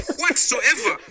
whatsoever